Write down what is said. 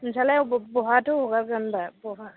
नोंसालाय बबाव बहाथ' हगारगोन होनबा बहा